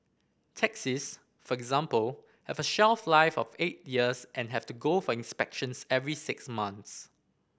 taxis for example have a shelf life of eight years and have to go for inspections every six months